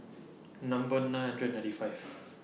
Number nine hundred ninety five